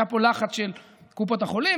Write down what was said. היה פה לחץ של קופות החולים,